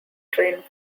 train